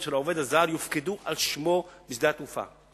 של העובד הזר יופקדו על שמו בשדה התעופה,